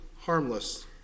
harmless